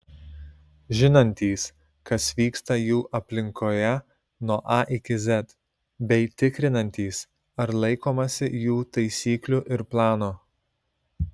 žinantys kas vyksta jų aplinkoje nuo a iki z bei tikrinantys ar laikomasi jų taisyklų ir plano